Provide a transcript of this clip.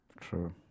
True